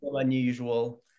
unusual